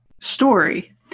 story